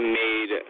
made